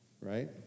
right